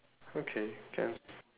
okay can